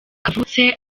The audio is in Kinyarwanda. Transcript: kavutse